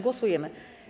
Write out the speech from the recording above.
Głosujemy.